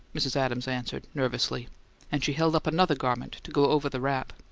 mrs. adams answered, nervously and she held up another garment to go over the wrap.